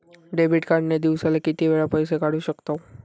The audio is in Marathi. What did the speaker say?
डेबिट कार्ड ने दिवसाला किती वेळा पैसे काढू शकतव?